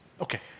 Okay